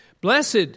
Blessed